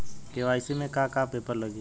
KYC में का का पेपर लगी?